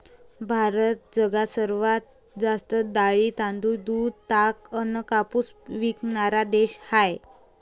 भारत जगात सर्वात जास्त डाळी, तांदूळ, दूध, ताग अन कापूस पिकवनारा देश हाय